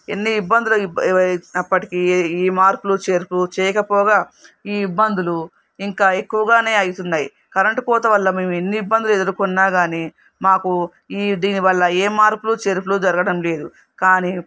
ఎన్ని ఇబ్బందులు అప్పటికీ ఏ మార్పులు చేర్పులు చేయకపోగా ఈ ఇబ్బందులు ఇంకా ఎక్కువగానే అవుతున్నాయి కరెంటు కోత వల్ల మేము ఎన్నీ ఇబ్బందులు ఎదుర్కొన్నా కానీ మాకు ఈ దీని వల్ల ఏ మార్పులు చేర్పులు జరగడం లేదు కానీ